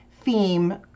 theme